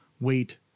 wait